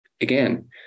again